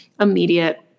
immediate